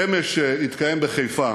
אמש התקיים בחיפה,